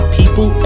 people